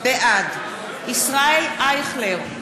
בעד ישראל אייכלר,